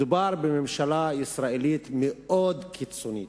מדובר בממשלה ישראלית מאוד קיצונית,